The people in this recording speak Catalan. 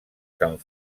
sant